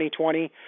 2020